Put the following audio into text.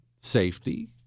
safety